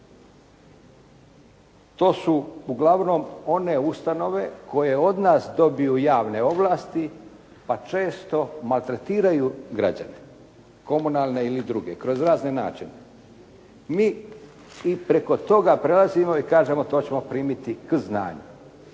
To su uglavnom one ustanove koje od nas dobiju javne ovlasti, pa često maltretiraju građane, komunalne ili druge kroz razne načine. Mi i preko toga prelazimo i kažemo to ćemo primiti k znanju,